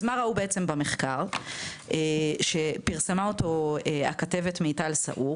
אז מה ראו בעצם במחקר שפרסמה אותו הכתבת מיטל יסעור,